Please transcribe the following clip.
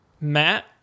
Matt